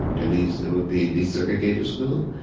at least it would be a desegregated school.